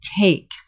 take